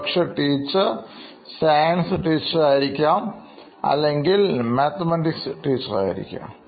ഒരു പക്ഷേ teacher science teacher ആയിരിക്കാം അല്ലെങ്കിൽ മാക്സ് ആയിരിക്കും